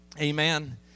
amen